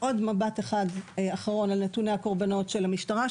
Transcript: מבט נוסף ואחרון על נתוני הקורבנות של המשטרה,